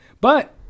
But-